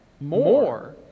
more